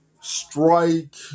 strike